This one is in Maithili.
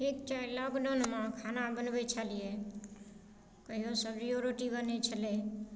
ठीक छै लॉकडाउनमे खाना बनबै छलियै कहिओ सब्जियो रोटी बनै छलै